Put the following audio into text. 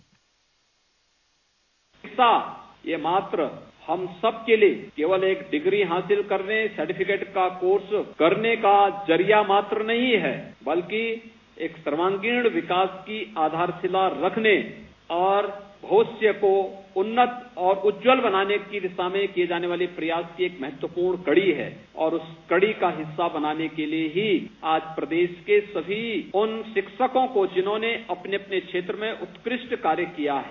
bite र्शिक्षा यह मात्र हम सबके लिये केवल एक डिग्री हासिल करने सार्टिफिकेट का कोर्स करने का जरिया मात्र नहीं है बल्कि सर्वागीण विकास की आधारशिला रखने और भविष्य को उन्नत और उज्ज्वल बनाने की दिशा में किये जाने वाले प्रयास की एक महत्वपूर्ण कड़ी है और उस कड़ी का हिससा बनाने के लिये ही आज प्रदेश के सभी उन शिक्षकों को जिन्होंने अपने अपने क्षेत्र में उत्कृष्ट कार्य किया है